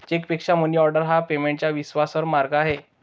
चेकपेक्षा मनीऑर्डर हा पेमेंटचा विश्वासार्ह मार्ग आहे